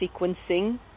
sequencing